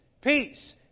Peace